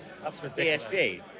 PSG